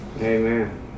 Amen